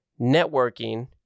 networking